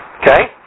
Okay